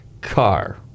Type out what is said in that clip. car